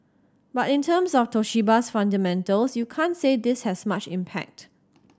but in terms of Toshiba's fundamentals you can't say this has much impact